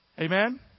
Amen